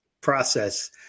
process